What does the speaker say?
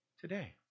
today